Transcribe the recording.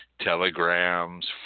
telegrams